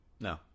No